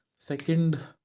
Second